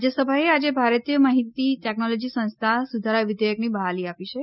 રાજ્યસભાએ આજે ભારતીય માહિતી ટેકનોલોજી સંસ્થા સુધારા વિધેયકને બહાલી આપી છે